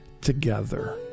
together